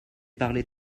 parlé